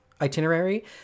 itinerary